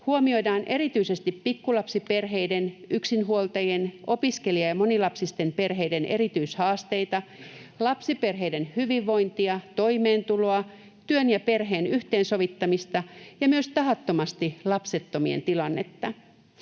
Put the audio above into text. huomioidaan erityisesti pikkulapsiperheiden, yksinhuoltajien ja opiskelija‑ ja monilapsisten perheiden erityishaasteita, lapsiperheiden hyvinvointia, toimeentuloa, työn ja perheen yhteensovittamista ja myös tahattomasti lapsettomien tilannetta.